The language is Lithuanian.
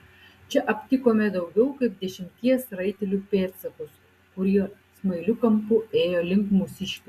čia aptikome daugiau kaip dešimties raitelių pėdsakus kurie smailiu kampu ėjo link mūsiškių